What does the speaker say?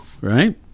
right